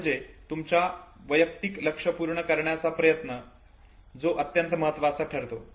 म्हणजे तुमचा वैयक्तिक लक्ष पूर्ण करण्याचा प्रयत्न जो अत्यंत महत्वाचा ठरतो